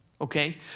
Okay